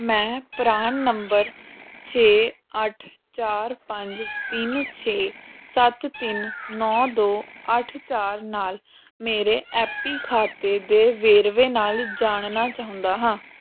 ਮੈਂ ਪਰਾਨ ਨੰਬਰ ਛੇ ਅੱਠ ਚਾਰ ਪੰਜ ਤਿੰਨ ਛੇ ਸੱਤ ਤਿੰਨ ਨੌਂ ਦੋ ਅੱਠ ਚਾਰ ਨਾਲ ਮੇਰੇ ਐਪੀ ਖਾਤੇ ਦੇ ਵੇਰਵੇ ਜਾਣਨਾ ਚਾਹੁੰਦਾ ਹਾਂ